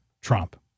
Trump